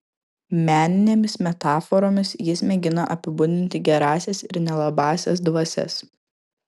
meninėmis metaforomis jis mėgina apibūdinti gerąsias ir nelabąsias dvasias